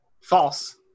False